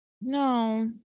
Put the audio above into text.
no